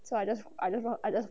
so I just I just want either